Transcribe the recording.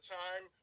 time